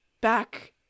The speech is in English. back